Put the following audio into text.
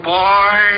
boy